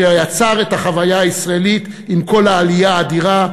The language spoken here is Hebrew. שיצר את החוויה הישראלית עם כל העלייה האדירה,